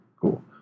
Cool